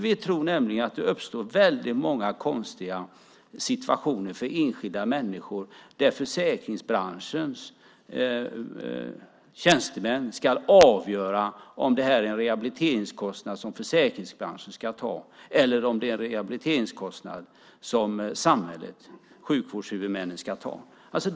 Vi tror nämligen att det uppstår väldigt många konstiga situationer för enskilda människor där försäkringsbranschens tjänstemän ska avgöra om det här är en rehabiliteringskostnad som försäkringsbranschen ska ta eller om det är en rehabiliteringskostnad som samhället och sjukvårdshuvudmännen ska ta.